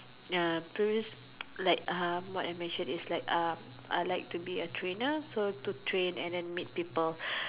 ya previously like um what I mentioned is like uh I like to be a trainer to train and then meet people